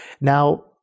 now